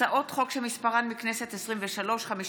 הצעות החוק שמספרן פ/52/23,